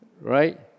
Right